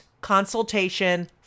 consultation